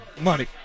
money